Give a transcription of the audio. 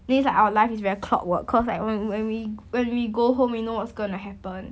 means our life is very clockwork because like when when we when we go home you know what's gonna happen